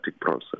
process